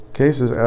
cases